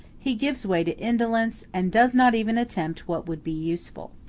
he gives way to indolence, and does not even attempt what would be useful.